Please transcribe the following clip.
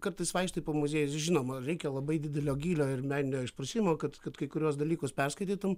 kartais vaikštai po muziejus žinoma reikia labai didelio gylio ir meninio išprusimo kad kad kai kuriuos dalykus perskaitytum